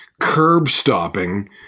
curb-stopping